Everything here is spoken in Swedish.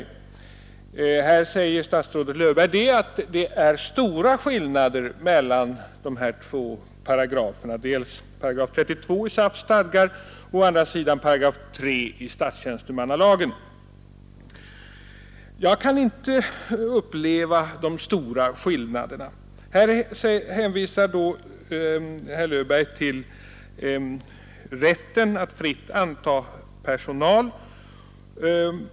I svaret säger statsrådet Löfberg att det är stora skillnader mellan Jag kan inte uppleva de stora skillnaderna. Här hänvisar statsrådet Löfberg till rätten att fritt anta personal.